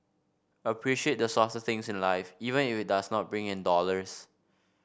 appreciate the softer things in life even if it does not bring in dollars